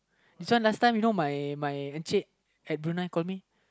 this one last time you know my my Encik at Brunei call me